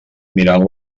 mirant